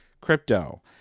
crypto